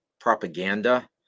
propaganda